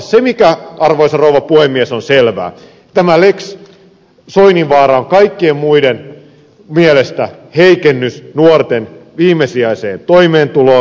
joka tapauksessa arvoisa rouva puhemies se on selvää että tämä lex soininvaara on kaikkien muiden mielestä heikennys nuorten viimesijaiseen toimeentuloon